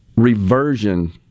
Reversion